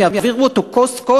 הם יעבירו אותו כוס-כוס,